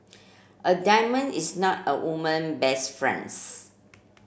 a diamond is not a woman best friends